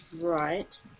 Right